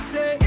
Say